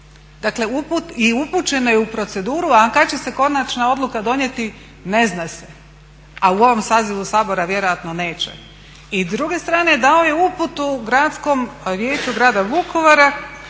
Dakle i upućeno je u proceduru a kad će se konačna odluka donijeti? Ne zna se. A ovom sazivu Sabora vjerojatno neće. I s druge strane, dao je uputu Gradskom vijeću grada Vukovara